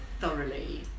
thoroughly